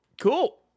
Cool